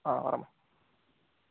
ஆ வரேம்மா